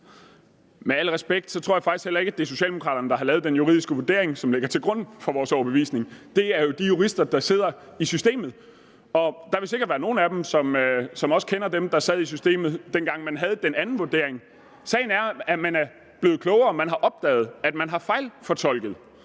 Med al respekt tror jeg faktisk heller ikke, at det er Socialdemokraterne, der har lavet den juridiske vurdering, som ligger til grund for vores overbevisning. Det er jo de jurister, der sidder i systemet, og der vil sikkert være nogle af dem, der kender dem, der sad i systemet, dengang man havde den anden vurdering. Sagen er, at man er blevet klogere, at man har opdaget, at man havde foretaget